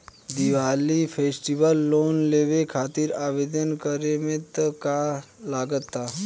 Diwali festival loan लेवे खातिर आवेदन करे म का का लगा तऽ?